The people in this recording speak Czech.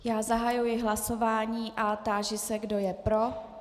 Já zahajuji hlasování a táži se, kdo je pro.